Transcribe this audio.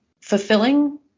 Fulfilling